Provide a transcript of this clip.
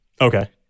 Okay